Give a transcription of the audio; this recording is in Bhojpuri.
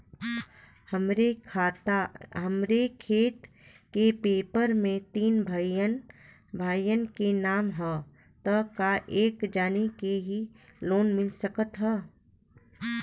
हमरे खेत के पेपर मे तीन भाइयन क नाम ह त का एक जानी के ही लोन मिल सकत ह?